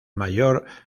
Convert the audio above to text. mayor